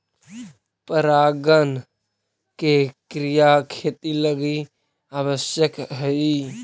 परागण के क्रिया खेती लगी आवश्यक हइ